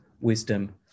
wisdom